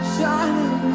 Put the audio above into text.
Shining